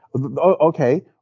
okay